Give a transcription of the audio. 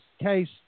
case